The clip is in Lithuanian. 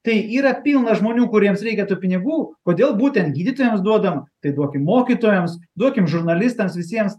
tai yra pilna žmonių kuriems reikia tų pinigų kodėl būtent gydytojams duodam tai duokim mokytojams duokim žurnalistams visiems